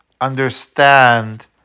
understand